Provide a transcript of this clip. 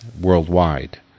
worldwide